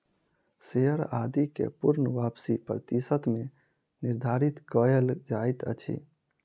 share आदि के पूर्ण वापसी प्रतिशत मे निर्धारित कयल जाइत अछि